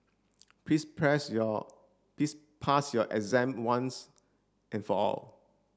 please press your please pass your exam once and for all